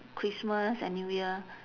christmas and new year